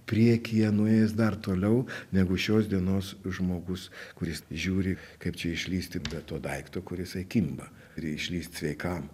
priekyje nuėjęs dar toliau negu šios dienos žmogus kuris žiūri kaip čia išlįsti be to daikto kur jisai kimba ir išlįst sveikam